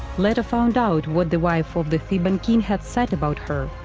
leto found out what the wife of the theban king had said about her,